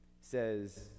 says